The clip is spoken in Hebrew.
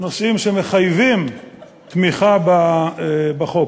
נושאים שמחייבים תמיכה בחוק.